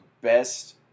best